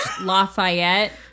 Lafayette